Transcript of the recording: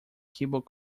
keble